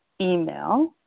email